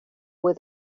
with